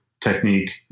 technique